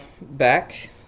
back